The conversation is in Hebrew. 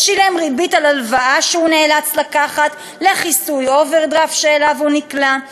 ושילם ריבית על הלוואה שהוא נאלץ לקחת לכיסוי אוברדרפט שאליו נקלע,